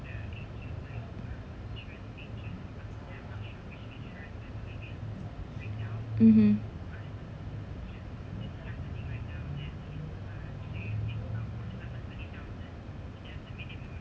mmhmm